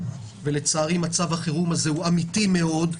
לצערי מצב החירום הוא אמיתי מאוד.